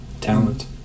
talent